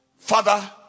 Father